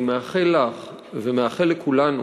אני מאחל לך ומאחל לכולנו